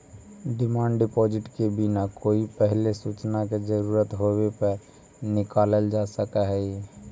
demand deposit के बिना कोई पहिले सूचना के जरूरत होवे पर निकालल जा सकऽ हई